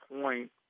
point